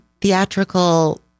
theatrical